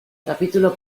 capítulos